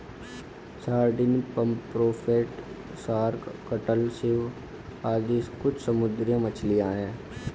sardine, pomfret, shark, cuttlefish आदि कुछ समुद्री मछलियाँ हैं